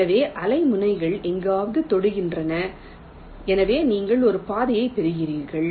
எனவே அலை முனைகள் எங்காவது தொடுகின்றன எனவே நீங்கள் ஒரு பாதையைப் பெறுவீர்கள்